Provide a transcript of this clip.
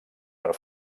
per